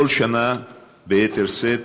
בכל שנה ביתר שאת,